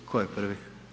Tko je prvi?